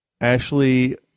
Ashley